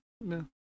no